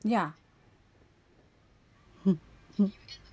ya